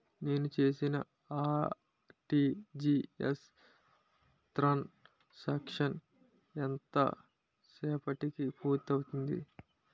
నేను చేసిన RTGS transaction ఎంత సేపటికి పూర్తి అవుతుంది?